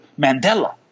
Mandela